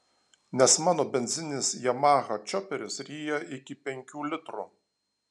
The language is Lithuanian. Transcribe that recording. nes mano benzininis yamaha čioperis ryja iki penkių litrų